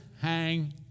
hang